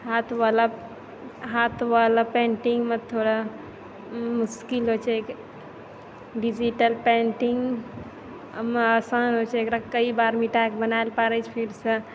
हाथवला हाथ वला पेंटिंगमे थोड़ा मुश्किल होइ छै डिजिटल पेंटिंगमे आसान होइ छै एकरा कइ बार मिटैके बनैल पड़ै छै फिरसँ